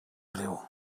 greu